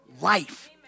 life